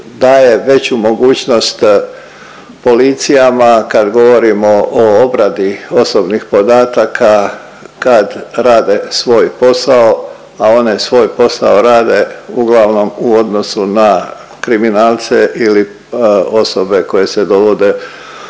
daje veću mogućnost policijama kad govorimo o obradi osobnih podataka, kad rade svoj posao, a one svoj posao rade uglavnom u odnosu na kriminalce ili osobe koje se dovode